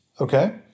Okay